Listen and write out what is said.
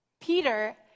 Peter